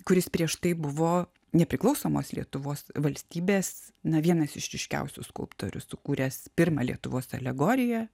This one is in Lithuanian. kuris prieš tai buvo nepriklausomos lietuvos valstybės na vienas iš ryškiausių skulptorių sukūręs pirmą lietuvos alegoriją